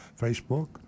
facebook